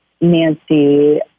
Nancy